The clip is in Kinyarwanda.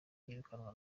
yirukanwa